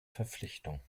verpflichtung